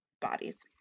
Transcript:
bodies